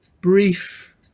brief